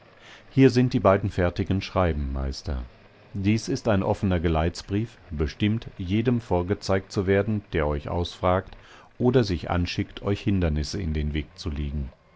hier sind die beiden fertigen schreiben meister dies ist ein offener geleitsbrief bestimmt jedem vorgezeigt zu werden der euch ausfragt oder sich anschickt euch hindernisse in den weg zu legen